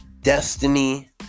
destiny